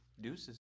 Deuces